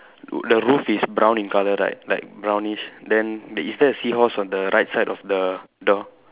the roof is brown in colour right like brownish then is there a seahorse on the right side of the door